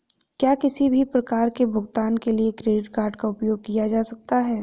क्या किसी भी प्रकार के भुगतान के लिए क्रेडिट कार्ड का उपयोग किया जा सकता है?